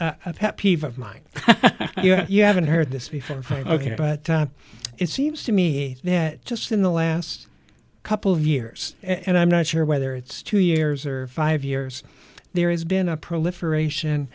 about pet peeve of mine you haven't heard this before ok by it seems to me that just in the last couple of years and i'm not sure whether it's two years or five years there has been a proliferation